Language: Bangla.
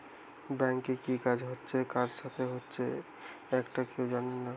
ব্যাংকে কি কাজ হচ্ছে কার সাথে হচ্চে একটা কেউ জানে না